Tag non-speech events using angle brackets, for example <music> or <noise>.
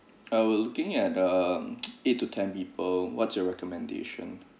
I will looking at um <noise> eight to ten people what's your recommendation